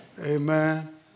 Amen